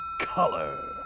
color